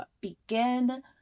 begin